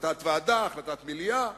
החלטת ועדה, החלטת מליאה,